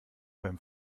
beim